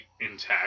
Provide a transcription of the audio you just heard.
intact